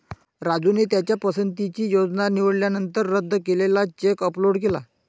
राजूने त्याच्या पसंतीची योजना निवडल्यानंतर रद्द केलेला चेक अपलोड केला